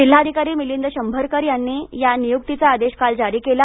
जिल्हाधिकारी मिलिंद शंभरकर यांनी या नियुक्ती चा आदेश काल जारी केला